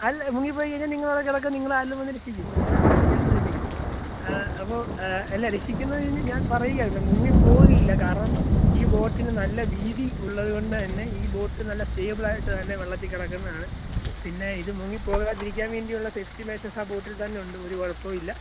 അല്ല മുങ്ങി പോയി കഴിഞ്ഞാൽ നിങ്ങൾ അവിടെ കിടക്കും നിങ്ങളെ ആരെങ്കിലും വന്ന് രക്ഷിക്കും അല്ലേ പിന്നെ അല്ലേ പിന്നെ ഞാൻ വന്ന് രക്ഷിക്കണോ അപ്പം അല്ല രാക്ഷിക്കുന്നതിന് ഞാൻ പറയുകയായിരുന്നു മുങ്ങി പോവുകയില്ല കാരണം ഈ ബോട്ടിന് നല്ല വീഥി ഉള്ളത് കൊണ്ട് തന്നെ ഈ ബോട്ട് നല്ല സ്റ്റേബിൾ ആയിട്ട് തന്നെ വെള്ളത്തിൽ കിടക്കുന്നതാണ് പിന്നെ ഇത് മുങ്ങി പോകാതിരിക്കാൻ വേണ്ടിയുള്ള സേഫ്റ്റി മെഷേഴ്സ് ആ ബോട്ടിൽ തന്നെയുണ്ട് ഒരു കുഴപ്പവും ഇല്ല